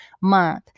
month